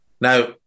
Now